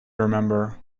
remember